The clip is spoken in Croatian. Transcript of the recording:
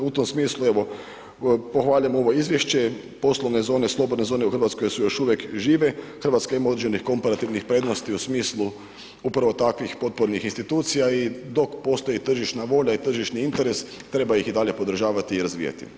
U tim smislu evo pohvaljujem ovo izvješće, poslovne zone, slobodne zone u Hrvatskoj su još uvijek žive, Hrvatska ima određenih komparativnih prednosti u smislu upravo takvih potpornih institucija i dok postoji tržišna volja i tržišni interes, treba ih i dalje podržavati i razvijati.